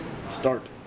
Start